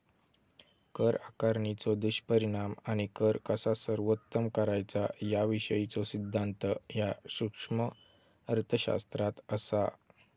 कर आकारणीचो दुष्परिणाम आणि कर कसा सर्वोत्तम करायचा याविषयीचो सिद्धांत ह्या सूक्ष्म अर्थशास्त्रात असा